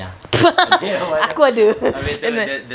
aku ada